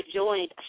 joined